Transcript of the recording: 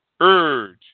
urge